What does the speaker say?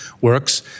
works